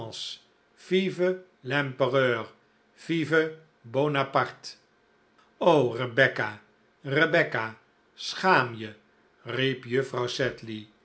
vive bonaparte o rebecca rebecca schaam je riep juffrouw